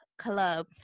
club